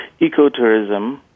ecotourism